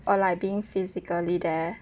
or like being physically there